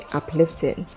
uplifting